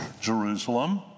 Jerusalem